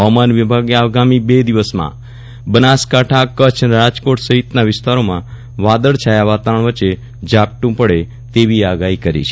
હવામાન વિભાગે આગામી બે દિવસમાં બનાસકાંઠા કચ્છ રાજકોટ સહિતના વિસ્તારોમાં વાદળછાયા વાતાવરણ વચ્ચે ઝાપટ્ટં પડે તેવી આગાહી કરી છે